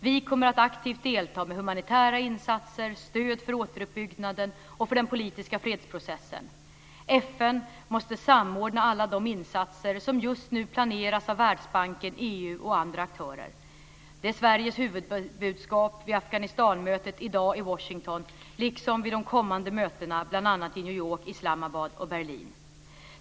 Vi kommer att aktivt delta med humanitära insatser, stöd för återuppbyggnaden och stöd för den politiska fredsprocessen. FN måste samordna alla de insatser som just nu planeras av Världsbanken, EU och andra aktörer. Detta är Sveriges huvudbudskap vid Afghanistanmötet i dag i Washington liksom vid de kommande mötena i bl.a. New York, Islamabad och Berlin.